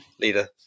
leader